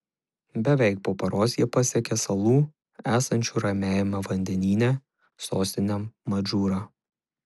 beveik po paros jie pasiekė salų esančių ramiajame vandenyne sostinę madžūrą